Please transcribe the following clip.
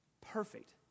Perfect